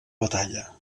batalla